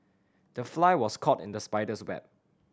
the fly was caught in the spider's web